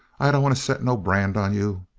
i don't want to set no brand on you.